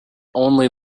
only